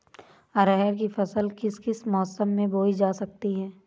अरहर की फसल किस किस मौसम में बोई जा सकती है?